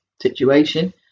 situation